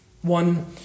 One